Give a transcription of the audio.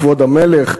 כבוד המלך,